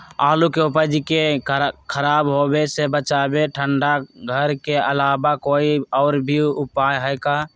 आलू के उपज के खराब होवे से बचाबे ठंडा घर के अलावा कोई और भी उपाय है का?